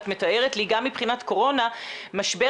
את מתארת לי גם מבחינת קורונה משבר